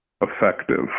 effective